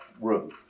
room